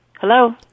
Hello